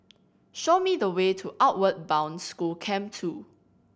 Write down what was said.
show me the way to Outward Bound School Camp Two